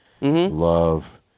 love